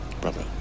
brother